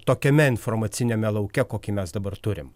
tokiame informaciniame lauke kokį mes dabar turim